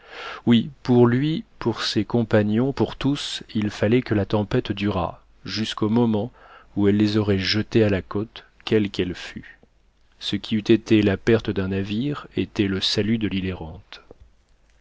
oui pour lui pour ses compagnons pour tous il fallait que la tempête durât jusqu'au moment où elle les aurait jetés à la côte quelle qu'elle fût ce qui eût été la perte d'un navire était le salut de l'île errante